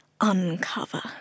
uncover